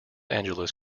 angeles